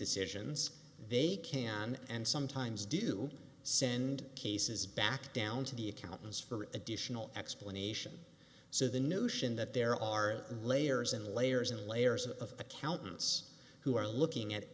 decisions they can and sometimes do send cases back down to the accountants for additional explanation so the notion that there are layers and layers and layers of accountants who are looking at